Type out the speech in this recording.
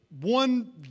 one